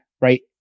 right